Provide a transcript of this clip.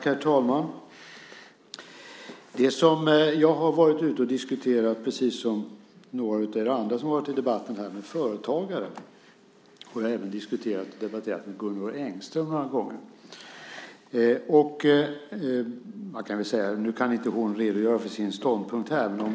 Herr talman! Det jag har varit ute och diskuterat - precis som några av er andra som varit uppe i debatten - med företagare har jag även diskuterat och debatterat några gånger med Gunvor Engström. Nu kan hon inte redogöra för sin ståndpunkt här.